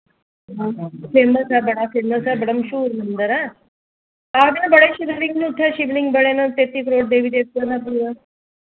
famous ऐ बड़ा famous ऐ बड़ा मश्हूर मंदर ऐ आखदे न बड़े शिवलिंग न उत्थै शिवलिंग बड़े न तेती करोड़ देवी देवते न